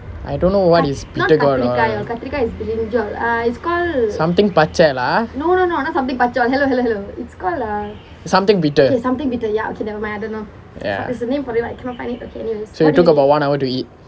I don't know what is bittergourd all something பச்சை:pachai lah something bitter ya so you took about one hour to eat